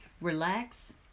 Relax